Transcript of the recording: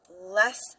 less